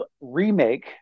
remake